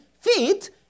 feet